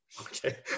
Okay